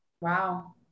Wow